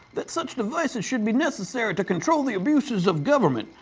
that such devices should be necessary to control the abuses of government.